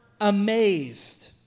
amazed